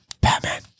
Batman